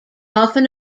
often